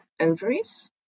ovaries